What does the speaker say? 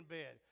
bed